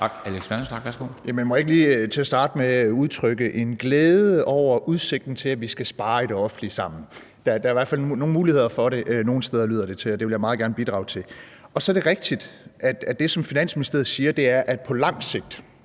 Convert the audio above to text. jeg ikke lige til at starte med udtrykke en glæde over udsigten til, at vi skal spare i det offentlige sammen. Der er i hvert fald nogle muligheder for det nogle steder, lyder det til, og det vil jeg meget gerne bidrage til. Så er det rigtigt, at det, som Finansministeriet siger, er, at på lang sigt,